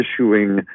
issuing